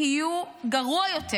יהיו גרוע יותר.